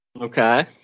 Okay